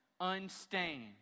unstained